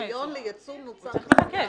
הוא צריך לבקש.